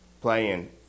playing